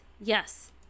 Yes